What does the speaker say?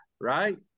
right